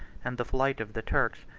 and the flight of the turks,